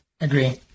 Agree